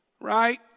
Right